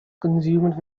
consumed